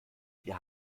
wir